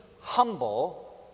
humble